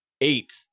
Eight